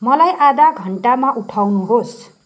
मलाई आधा घन्टामा उठाउनुहोस्